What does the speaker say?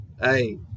hey